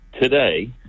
today